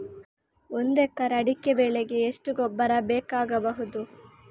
ಒಂದು ಎಕರೆ ಅಡಿಕೆ ಬೆಳೆಗೆ ಎಷ್ಟು ಗೊಬ್ಬರ ಬೇಕಾಗಬಹುದು?